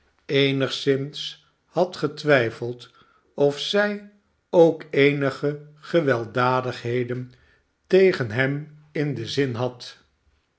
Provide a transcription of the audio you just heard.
eenigszins had getwijfeld of zij ook eenige gewelddadigheden tegen hem in den zin had